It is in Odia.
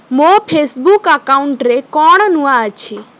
ମୋ ଫେସବୁକ୍ ଆକାଉଣ୍ଟରେ କ'ଣ ନୂଆ ଅଛି